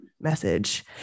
message